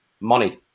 money